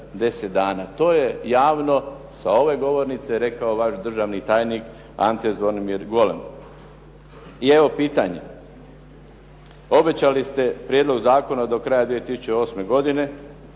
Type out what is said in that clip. To je javno sa ove govornice rekao vaš državni tajnik Ante Zvonimir Golem. I evo pitanje. Obećali ste prijedlog zakona do kraja 2008. godine.